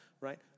Right